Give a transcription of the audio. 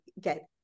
get